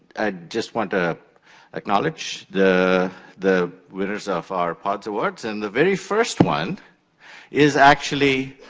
ah just want to acknowledge the the winners of our pods awards. and the very first one is actually